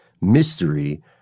mystery